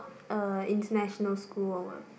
a international school or